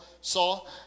saw